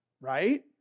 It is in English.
Right